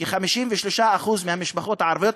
כ-53% מהמשפחות הערביות,